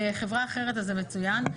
חברה אחרת, אז זה מצוין.